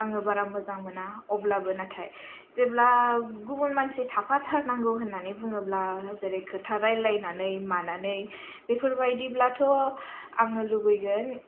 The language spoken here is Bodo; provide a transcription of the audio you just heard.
आङो बारा मोजां मोना अब्लाबो नाथाय जेब्ला गुबुन मानसि थाफा थारनांगौ होननानै बुङोब्ला जेरै खोथा रायलायनानै मानानै बेफोर बायदिब्लाथ' आङो लुगैगोन